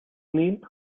nähen